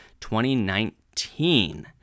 2019